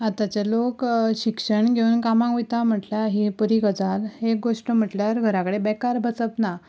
आतांचे लोक शिक्षण घेवन कामाक वयता म्हणल्यार हे बरी गजाल एक घोष्ट म्हणल्यार घरा कडेन बेकार बसप ना